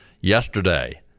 Yesterday